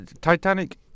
Titanic